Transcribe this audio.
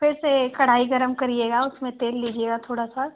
फिर से कड़ाही गरम करिएगा उसमें तेल लीजिएगा थोड़ा सा